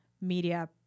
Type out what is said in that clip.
media